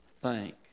thank